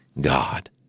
God